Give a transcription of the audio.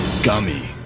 gummy.